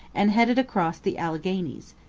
and headed across the alleghanies,